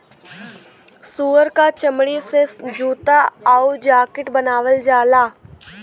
सूअर क चमड़ी से जूता आउर जाकिट बनावल जाला